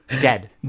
dead